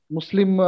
Muslim